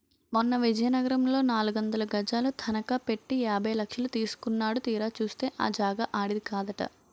మొన్న విజయనగరంలో నాలుగొందలు గజాలు తనఖ పెట్టి యాభై లక్షలు తీసుకున్నాడు తీరా చూస్తే ఆ జాగా ఆడిది కాదట